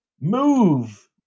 move